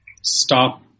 stop